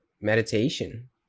meditation